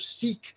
seek